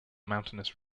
mountainous